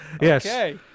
Yes